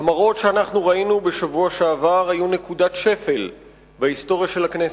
המראות שאנחנו ראינו בשבוע שעבר היו נקודת שפל בהיסטוריה של הכנסת.